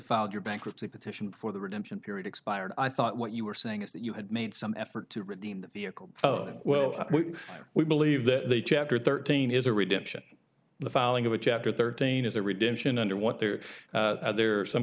filed your bankruptcy petition for the redemption period expired i thought what you were saying is that you had made some effort to redeem the vehicle well we believe that the chapter thirteen is a redemption the filing of a chapter thirteen is the redemption under what there there are some